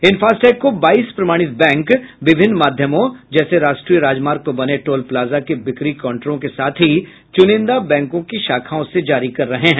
इन FASTag को बाईस प्रमाणित बैंक विभिन्न माध्यमों जैसे राष्ट्रीय राजमार्ग पर बने टोल प्लाजा के बिक्री काउंटरों के साथ ही चुनिंदा बैंकों की शाखाओं से जारी कर रहे हैं